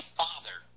father